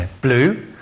Blue